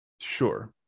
Sure